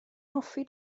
hoffi